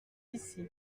ici